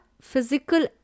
physical